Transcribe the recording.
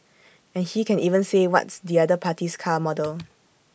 and he can even say what's the other party's car model